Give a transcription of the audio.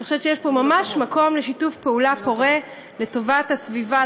אני חושבת שיש פה ממש מקום לשיתוף פעולה פורה לטובת הסביבה,